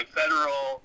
federal